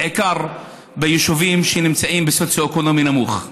בעיקר ביישובים שנמצאים במצב סוציו-אקונומי נמוך.